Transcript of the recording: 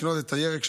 לקנות את הירק,